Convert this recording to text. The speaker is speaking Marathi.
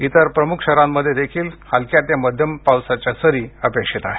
इतर प्रमुख शहरांमध्ये देखील हलक्या ते मध्यम पावसाच्या सरी अपेक्षित आहेत